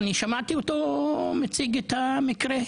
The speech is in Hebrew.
הוא השווה בין הפוגרומיטסים בחווארה לבין המפגינים אתמול בתל